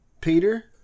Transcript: Peter